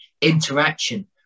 interaction